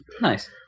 nice